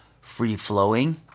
free-flowing